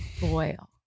boil